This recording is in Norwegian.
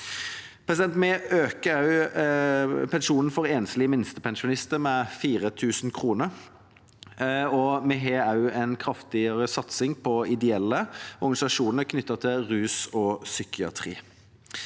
er kommet. Vi øker også pensjonen for enslige minstepensjonister med 4 000 kr, og vi har en kraftigere satsing på ideelle organisasjoner knyttet til rus og psykiatri.